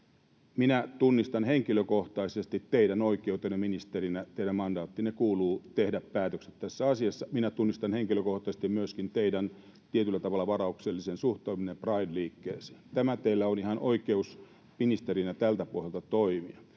Minä tunnistan henkilökohtaisesti teidän oikeutenne ministerinä. Teidän mandaattiinne kuuluu tehdä päätökset tässä asiassa. Minä tunnistan henkilökohtaisesti myöskin teidän tietyllä tavalla varauksellisen suhtautumisenne Pride-liikkeeseen. Teillä on ihan oikeus ministerinä tältä pohjalta toimia.